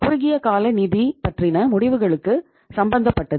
இது குறுகியகால நிதி பற்றின முடிவுகளுக்கு சம்பந்தப்பட்டது